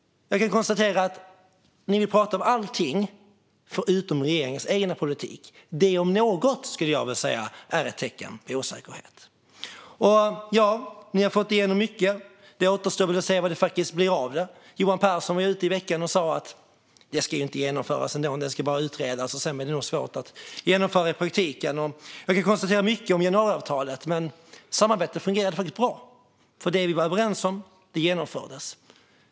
Jag kan konstatera att ni vill prata om allt förutom regeringens egna politik. Det, om något, är ett tecken på osäkerhet. Ni har fått igenom mycket, och det återstår att se vad det faktiskt blir av det. Johan Pehrson var ute i veckan och sa att det inte ska genomföras utan bara utredas. Sedan blir det nog svårt att genomföra i praktiken. Det går att konstatera mycket om generalavtalet, men samarbetet fungerade faktiskt bra. Det vi var överens om genomfördes.